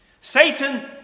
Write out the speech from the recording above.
Satan